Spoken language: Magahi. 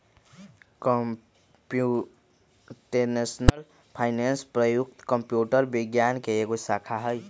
कंप्यूटेशनल फाइनेंस प्रयुक्त कंप्यूटर विज्ञान के एगो शाखा हइ